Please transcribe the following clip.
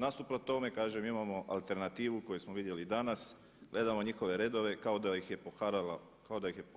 Nasuprot tome imamo alternativu koju smo imali danas, gledamo njihove redove kao da ih je